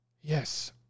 Yes